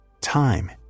Time